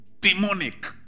demonic